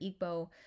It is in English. Igbo